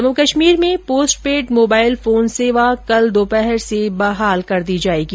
जम्मू कश्मीर में postpaid mobile phone सेवा कल दोपहर से बहाल कर दी जाएगी